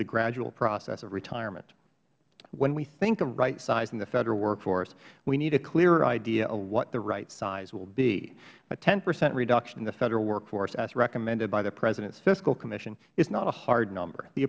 the gradual process of retirement when we think of rightsizing the federal workforce we need a clearer idea of what the right size will be a ten percent reduction in the federal workforce as recommended by the president's fiscal commission is not a hard number the